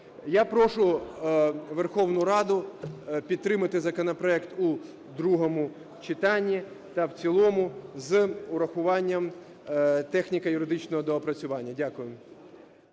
Я прошу Верховну Раду підтримати законопроект у другому читанні та в цілому з врахуванням техніко-юридичного доопрацювання. Дякую.